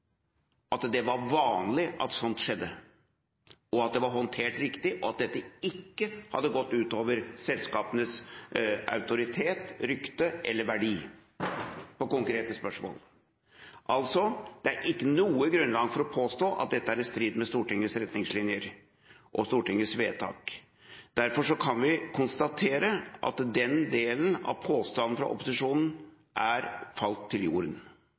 at det var vanlig at sånt skjedde, at det var håndtert riktig, og at dette ikke hadde gått ut over selskapenes autoritet, rykte eller verdi på konkrete spørsmål. Altså: Det er ikke noe grunnlag for å påstå at dette er i strid med Stortingets retningslinjer og Stortingets vedtak. Derfor kan vi konstatere at den delen av påstanden fra opposisjonen er falt til jorden.